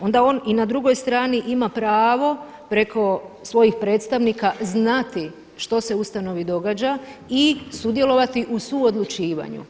Onda on i na drugoj strani ima pravo preko svojih predstavnika znati što se u ustanovi događa i sudjelovati u suodlučivanju.